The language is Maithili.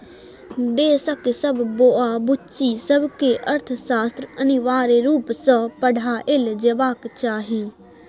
देशक सब बौआ बुच्ची सबकेँ अर्थशास्त्र अनिवार्य रुप सँ पढ़ाएल जेबाक चाही